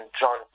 John